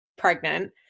pregnant